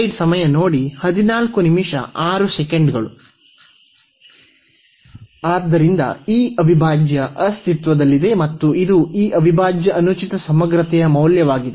ಆದ್ದರಿಂದ ಈ ಅವಿಭಾಜ್ಯ ಅಸ್ತಿತ್ವದಲ್ಲಿದೆ ಮತ್ತು ಇದು ಈ ಅವಿಭಾಜ್ಯ ಅನುಚಿತ ಸಮಗ್ರತೆಯ ಮೌಲ್ಯವಾಗಿದೆ